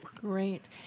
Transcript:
Great